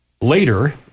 later